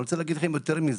אני רוצה להגיד לכם יותר מזה.